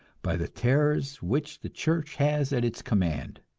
by the terrors which the church has at its command.